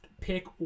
pick